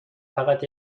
فقط